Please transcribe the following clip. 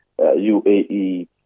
UAE